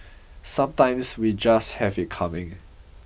sometimes we just have it coming